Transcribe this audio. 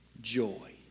joy